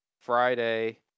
Friday